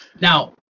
Now